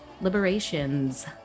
liberations